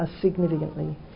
significantly